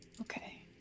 Okay